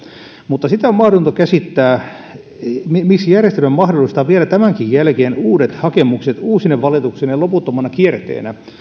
mutta sitä on mahdotonta käsittää miksi järjestelmä mahdollistaa vielä tämänkin jälkeen uudet hakemukset uusine valituksineen loputtomana kierteenä